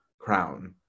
crown